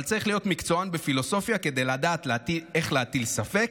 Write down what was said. אבל צריך להיות מקצוען בפילוסופיה כדי לדעת איך להטיל ספק,